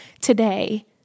today